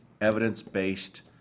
evidence-based